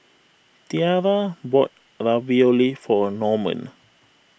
Tiarra bought Ravioli for Norman